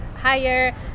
higher